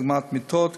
דוגמת מיטות,